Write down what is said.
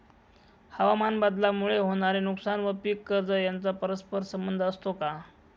हवामानबदलामुळे होणारे नुकसान व पीक कर्ज यांचा परस्पर संबंध असतो का?